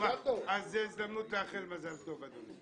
אז זו הזדמנות לאחל מזל טוב, אדוני.